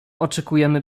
oczekujemy